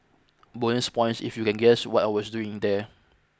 bonus points if you can guess what I was doing there